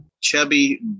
chubby